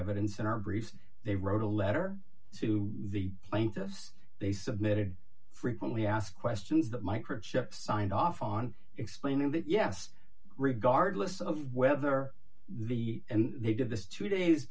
evidence in our brief they wrote a letter to the plaintiffs they submitted frequently asked questions that microchip signed off on explaining that yes regardless of whether the and they did this two days